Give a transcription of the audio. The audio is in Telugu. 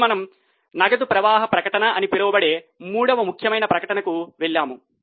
అప్పుడు మనము నగదు ప్రవాహ ప్రకటన అని పిలువబడే మూడవ ముఖ్యమైన ప్రకటనకు వెళ్తాము